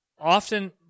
Often